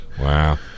Wow